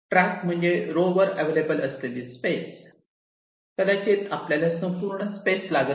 track म्हणजे row वर available असलेली स्पेस कदाचित आपल्याला संपूर्ण स्पेस लागत नाही